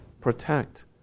protect